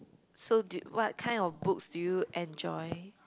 so do what kind of books do you enjoy